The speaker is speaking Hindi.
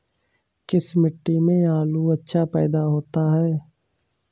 किस मिट्टी में आलू अच्छा पैदा होता है?